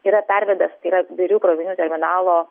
yra pervedęs tai yra birių krovinių terminalo